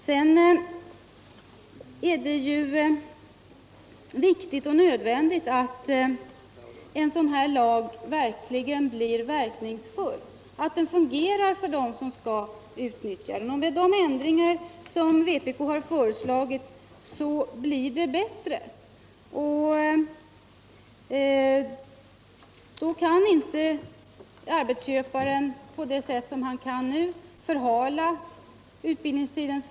Sedan ir det viktigt och nödvändigt att en sådan här lag verkligen blir verkningsfult, att den fungerar för dem som skall utnyttja den. Med de ändringar som vpk föreslagit blir det bättre. Om de införs kan inte ” arbetsköparen, på det sätt som han kan nu, förhala utbildningstidens .